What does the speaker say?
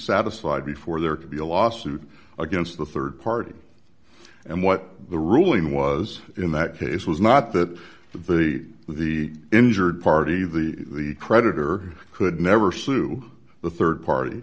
satisfied before there could be a lawsuit against the rd party and what the ruling was in that case was not that the the injured party the creditor could never sue the rd party